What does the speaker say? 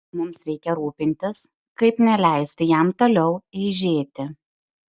mums reikia rūpintis kaip neleisti jam toliau eižėti